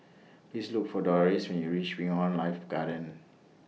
Please Look For Dolores when YOU REACH Wing on Life Garden